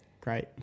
great